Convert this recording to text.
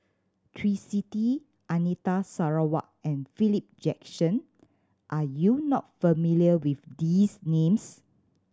Twisstii Anita Sarawak and Philip Jackson are you not familiar with these names